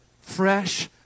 Fresh